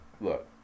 Look